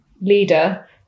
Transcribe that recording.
leader